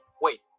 Wait